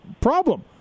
problem